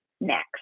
next